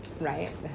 Right